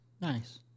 nice